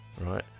Right